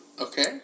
Okay